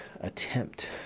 attempt